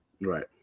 Right